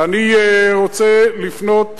ואני רוצה לפנות